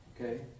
okay